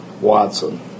Watson